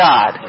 God